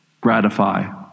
gratify